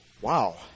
Wow